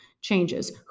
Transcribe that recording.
changes